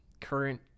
current